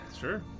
Sure